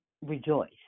rejoice